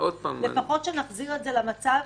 לפחות שנחזיר את זה למצב